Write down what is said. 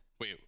Wait